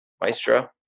Maestro